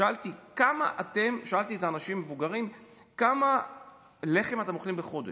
שאלתי את האנשים המבוגרים: כמה לחם אתם אוכלים בחודש?